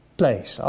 place